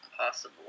possible